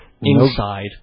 Inside